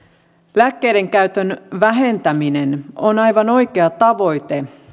lääkkeiden käytön vähentäminen on aivan oikea tavoite